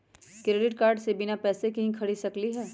Credit card से बिना पैसे के ही खरीद सकली ह?